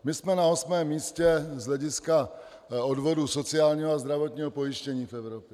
My jsme na osmém místě z hlediska odvodů sociálního a zdravotního pojištění v Evropě.